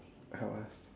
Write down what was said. help us